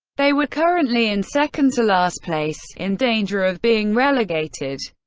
they were currently in second to last place, in danger of being relegated.